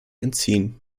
entziehen